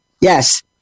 Yes